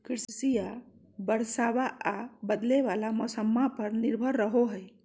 कृषिया बरसाबा आ बदले वाला मौसम्मा पर निर्भर रहो हई